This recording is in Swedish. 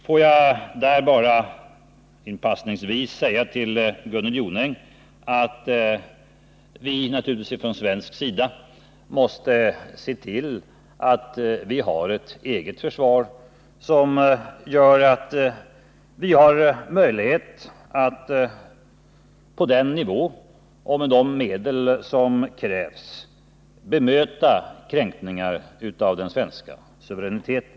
Får jag här inpassningsvis till Gunnel Jonäng säga att vi från svensk sida naturligtvis måste se till att vi har ett eget försvar som ger oss möjlighet att på den nivå och med de medel som krävs bemöta kränkningar av den svenska suveräniteten.